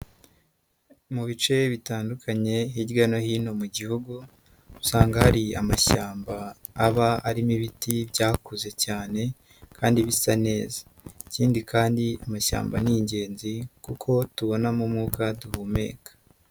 Mu bice bitandukanye hirya no hino mu Gihugu usanga hari amashyamba aba arimo ibiti byakuze cyane kandi bisa neza, ikindi kandi amashyamba ni ingenzi kuko tubonamo umwuka duhumeka.